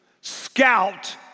Scout